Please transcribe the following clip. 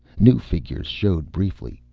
new figures showed briefly.